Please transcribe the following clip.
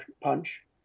punch